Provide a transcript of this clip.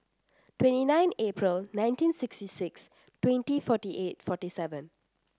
twenty nine April nineteen sixty six twenty forty eight forty seven